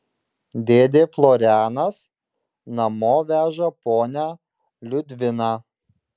dėdė florianas namo veža ponią liudviną